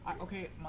Okay